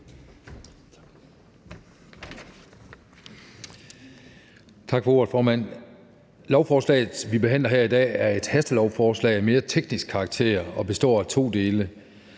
Tak for ordet, formand. Lovforslaget, som vi behandler her i dag, er et hastelovforslag af mere teknisk karakter og består af to dele.